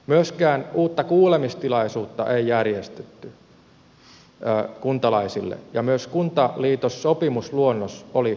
myöskään uutta kuulemistilaisuutta ei järjestetty kuntalaisille ja myös kuntaliitossopimusluonnos oli eri